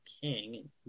King